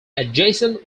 adjacent